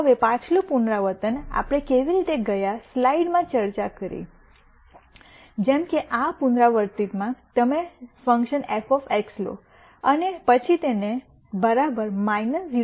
હવે પાછલું પુનરાવર્તન આપણે કેવી રીતે ગયા સ્લાઇડ્સમાં ચર્ચા કરી જેમ કે આ પુનરાવૃત્તિમાં જો તમે ફંકશન f લો અને પછી તેને 2